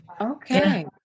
Okay